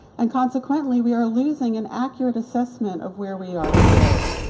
and consequently we are losing an accurate assessment of where we are today.